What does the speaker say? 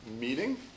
meeting